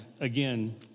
again